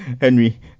henry